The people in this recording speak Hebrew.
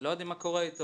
לא יודעים מה קורה איתו,